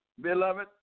Beloved